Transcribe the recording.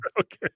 Okay